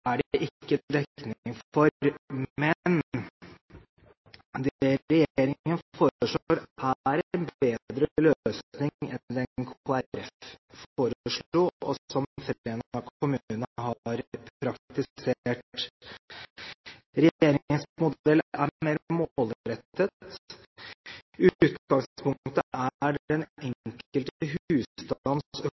er det ikke dekning for. Men det regjeringen foreslår, er en bedre løsning enn den Kristelig Folkeparti foreslo, og som Fræna kommune har praktisert. Regjeringens modell er mer målrettet. Utgangspunktet er den enkelte